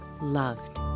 loved